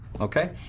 Okay